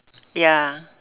ya